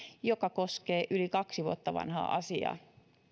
jotka koskevat yli kaksi vuotta vanhaa asiaa